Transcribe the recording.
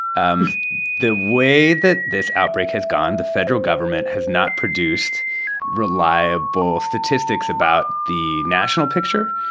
um the way that this outbreak has gone, the federal government has not produced reliable statistics about the national picture,